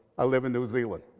i live in new zealand.